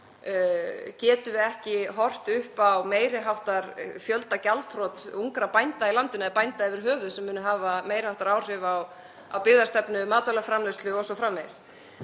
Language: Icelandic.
getum við ekki horft upp á meiri háttar fjöldagjaldþrot ungra bænda í landinu eða bænda yfir höfuð sem muni hafa meiri háttar áhrif á byggðastefnu, matvælaframleiðslu o.s.frv.